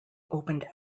opened